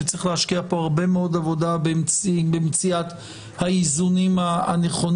וצריך להשקיע פה הרבה מאוד עבודה במציאת האיזונים הנכונים.